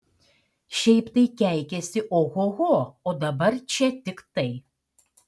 šiaip tai keikiasi ohoho o dabar čia tik tai